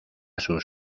sus